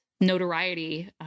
notoriety